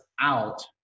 out